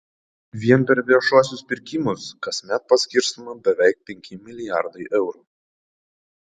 vien per viešuosius pirkimus kasmet paskirstoma beveik penki milijardai eurų